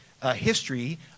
History